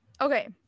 Okay